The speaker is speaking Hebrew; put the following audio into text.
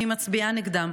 אני מצביעה נגדם.